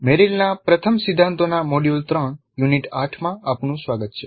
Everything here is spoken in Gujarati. મેરિલના પ્રથમ સિદ્ધાંતોના મોડ્યુલ 3 યુનિટ 8 માં આપનું સ્વાગત છે